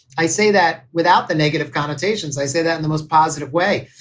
i say that without the negative connotations. i say that in the most positive way,